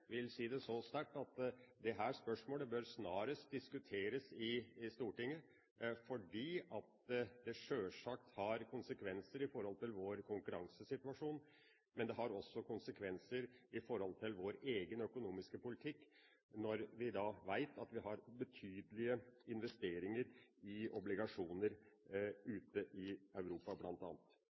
vil si det så sterkt: Dette spørsmålet bør snarest diskuteres i Stortinget fordi dette sjølsagt får konsekvenser for vår konkurransesituasjon og for vår egen økonomiske politikk, når vi vet at vi har betydelige investeringer i obligasjoner ute i Europa,